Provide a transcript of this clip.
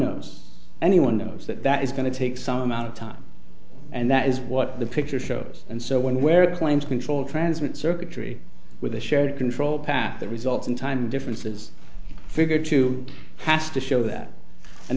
knows anyone knows that that is going to take some amount of time and that is what the picture shows and so when where it claims control transmit circuitry with a shared control path that results in time differences figure to have to show that and